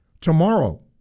Tomorrow